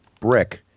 brick